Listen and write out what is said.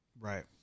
Right